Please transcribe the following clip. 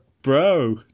Bro